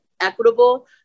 equitable